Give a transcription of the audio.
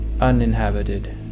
uninhabited